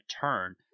turn